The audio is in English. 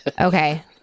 Okay